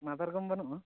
ᱢᱟᱫᱟᱨᱜᱚᱢ ᱵᱟᱹᱱᱩᱜᱼᱟ